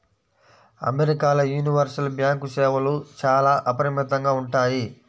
అమెరికాల universal bank సేవలు చాలా అపరిమితంగా ఉంటాయి